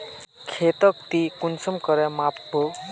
खेतोक ती कुंसम करे माप बो?